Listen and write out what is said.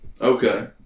Okay